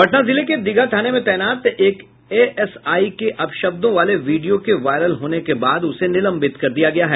पटना जिले के दीघा थाने में तैनात एक एएसआई के अपशब्दों वाले वीडियो के वायरल होने के बाद उसे निलंबित कर दिया गया है